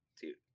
dude